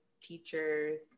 teachers